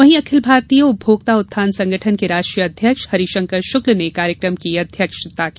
वहीं अखिल भारतीय उपभोक्ता उत्थान संगठन के राष्ट्रीय अध्यक्ष हरिशंकर शुक्ल ने कार्यक्रम की अध्यक्षता की